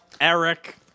Eric